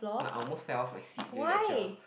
like I almost fell off my seat during lecture